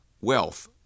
wealth